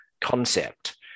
concept